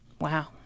Wow